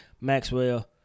Maxwell